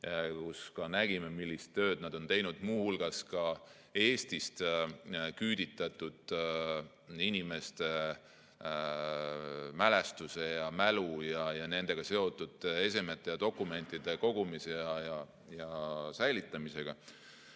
Seal me nägime, millist tööd nad on teinud, muu hulgas ka Eestist küüditatud inimeste mälestuse, mälu ja nendega seotud esemete ja dokumentide kogumise ja säilitamisega.